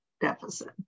deficit